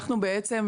אנחנו בעצם,